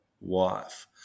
wife